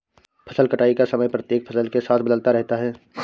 फसल कटाई का समय प्रत्येक फसल के साथ बदलता रहता है